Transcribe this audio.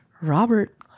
Robert